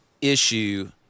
issue